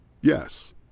Yes